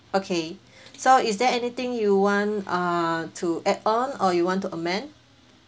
okay so is there anything you want ah to add on or you want to amend